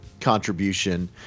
contribution